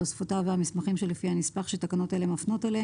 תוספותיו והמסמכים שלפי הנספח שתקנות אלה מפנות אליה,